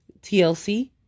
TLC